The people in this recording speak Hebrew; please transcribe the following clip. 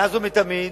מאז ומתמיד,